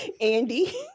Andy